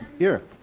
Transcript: here.